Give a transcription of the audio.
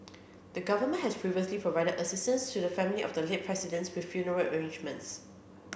the Government has previously provided assistance to the family of the late Presidents with funeral arrangements